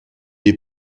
est